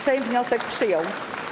Sejm wniosek przyjął.